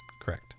Correct